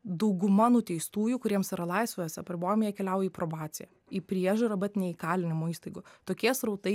dauguma nuteistųjų kuriems yra laisvės apribojimai jie keliauja į probaciją į priežiūrą bet ne įkalinimo įstaigų tokie srautai